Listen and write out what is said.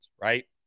right